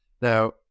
Now